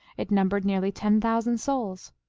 it numbered nearly ten thousand souls.